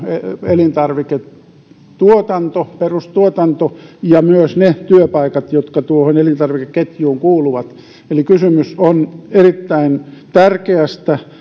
elintarviketuotanto perustuotanto ja myös ne työpaikat jotka tuohon elintarvikeketjuun kuuluvat eli kysymys on erittäin tärkeästä